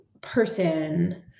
person